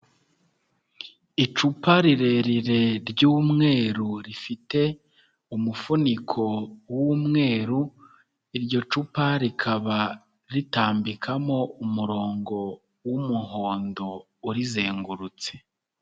Icupa rirerire ry'umweru rifite umufuniko w'umweru, iryo cupa rikaba ritambikamo umurongo w'umuhondo urizengurutse.